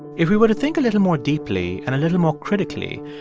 if we were to think a little more deeply and a little more critically,